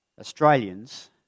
Australians